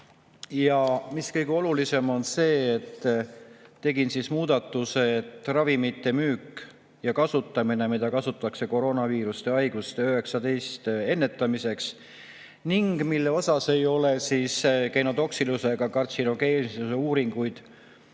Ja kõige olulisem on see, et tegin siis muudatuse: "Ravimite müük ja kasutamine, mida kasutatakse koroonaviirushaiguse‑19 ennetamiseks ning mille osas ei ole tehtud genotoksilisuse ega kartsinogeensuse uuringuid